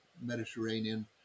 Mediterranean